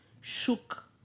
shook